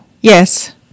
Yes